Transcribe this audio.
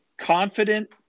confident